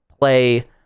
play